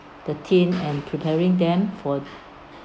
the team and preparing them for